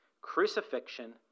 crucifixion